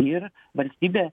ir valstybė